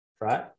right